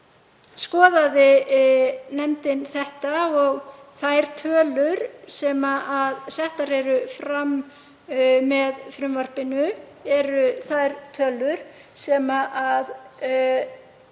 skoðaði nefndin það. Þær tölur sem settar eru fram með frumvarpinu eru þær tölur sem